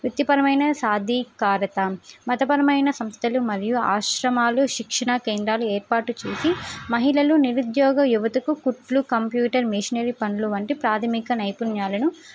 వృత్తిపరమైన ఖాదీ కార్యక్రమం మతపరమైన సంస్థలు మరియు ఆశ్రమాలు శిక్షణ కేంద్రాలు ఏర్పాటు చేసి మహిళలు నిరుద్యోగ యువతకు కుట్లు కంప్యూటర్ మిషనరీ పనులు వంటి ప్రాథమిక నైపుణ్యాలను